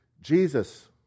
Jesus